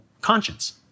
conscience